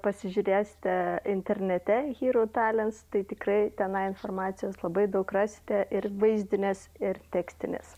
pasižiūrėsite internete hirutalents tai tikrai tenai informacijos labai daug rasite ir vaizdinės ir tekstinės